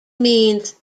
means